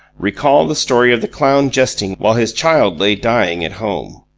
recall the story of the clown jesting while his child lay dying at home.